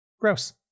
Gross